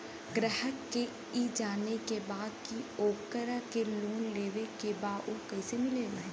ग्राहक के ई जाने के बा की ओकरा के लोन लेवे के बा ऊ कैसे मिलेला?